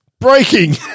Breaking